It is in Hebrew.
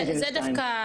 זה דווקא,